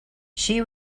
she